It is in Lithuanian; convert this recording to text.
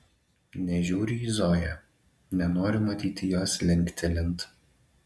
nežiūriu į zoją nenoriu matyti jos linktelint